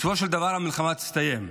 בסופו של דבר המלחמה תסתיים,